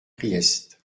priest